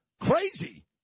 crazy